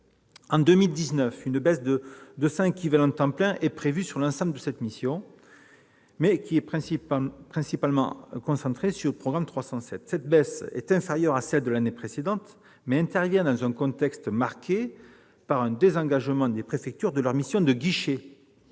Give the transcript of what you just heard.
En 2019, une baisse de 200 équivalents temps plein est prévue sur l'ensemble de la mission, principalement concentrée sur le programme 307. Cette baisse est inférieure à celle de l'année précédente, mais intervient dans un contexte marqué par un désengagement des préfectures de leur mission de guichet,